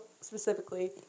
specifically